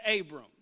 Abram